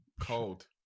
cold